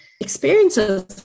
experiences